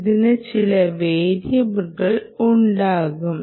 ഇതിന് ചില വേരിയബിളുകൾ ഉണ്ടാകും